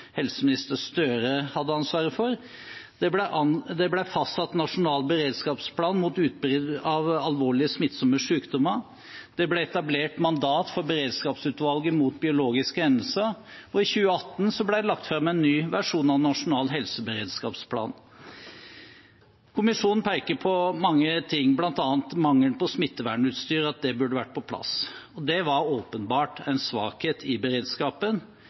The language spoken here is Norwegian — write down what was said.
helseminister Gahr Støre hadde ansvaret for. Det ble fastsatt nasjonal beredskapsplan mot utbrudd av alvorlige smittsomme sykdommer. Det ble etablert mandat for beredskapsutvalget mot biologiske hendelser, og i 2018 ble det lagt fram en ny versjon av nasjonal helseberedskapsplan. Kommisjonen peker på mange ting, bl.a. mangel på smittevernutstyr, at det burde vært på plass. Det var åpenbart en svakhet i beredskapen